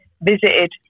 visited